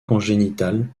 congénitale